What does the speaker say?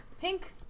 Pink